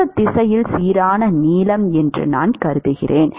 மற்ற திசையில் சீரான நீளம் என்று நான் கருதுகிறேன்